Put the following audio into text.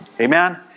Amen